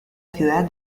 ciudad